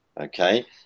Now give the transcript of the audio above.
okay